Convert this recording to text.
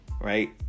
Right